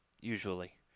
usually